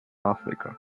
africa